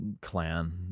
clan